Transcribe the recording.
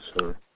sir